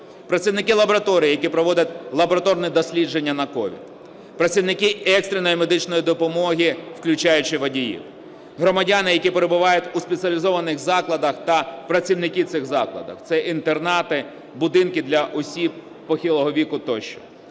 працівники лабораторії, які проводять лабораторне дослідження на СOVID; працівники екстреної медичної допомоги, включаючи водіїв; громадяни, які перебувають у спеціалізованих закладах, та працівники цих закладів, це інтернати, будинки для осіб похилого віку тощо;